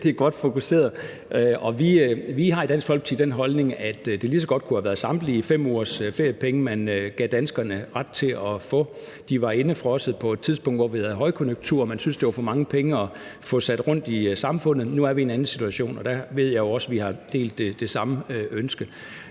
Vi har i Dansk Folkeparti den holdning, at det lige så godt kunne have været samtlige 5 ugers feriepenge, man gav danskerne ret til at få. De var indefrosset på et tidspunkt, hvor vi havde højkonjunktur; man syntes, det var for mange penge at få sendt rundt i samfundet. Nu er vi i en anden situation, og der ved jeg jo også, at vi har delt det samme ønske.